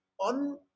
on